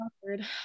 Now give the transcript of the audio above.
awkward